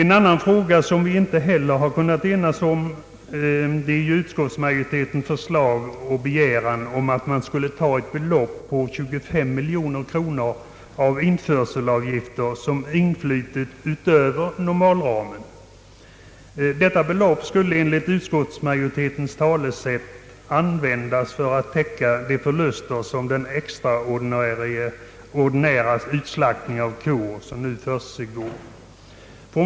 Något som reservanterna inte heller har kunnat gå med på, är utskottsmajoritetens förslag att till Föreningen Svensk kötthandels disposition ställa 25 miljoner kronor av införselavgiftsmedel, som influtit utöver normalplanen. Detta belopp skulle enligt utskottsmajoritetens resonemang användas för att täcka det underskott som väntas uppstå i föreningens verksamhet genom den kraftiga utslaktning av kor som nu försiggår.